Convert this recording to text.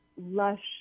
lush